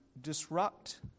disrupt